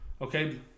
Okay